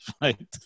right